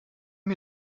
mir